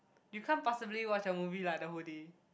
you can't possibly watch a movie like the whole day